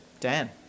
Dan